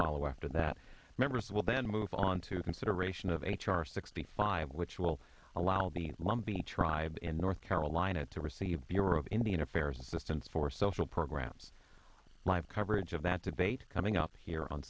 follow after that members will then move on to consideration of h r sixty five which will allow the lumbee tribe in north carolina to receive bureau of indian affairs assistance for social programs live coverage of that debate coming up here on